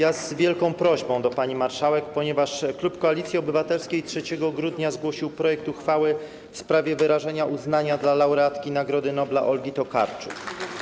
Mam wielką prośbę do pani marszałek, ponieważ klub Koalicji Obywatelskiej 3 grudnia zgłosił projekt uchwały w sprawie wyrażenia uznania dla laureatki Nagrody Nobla Olgi Tokarczuk.